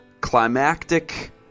climactic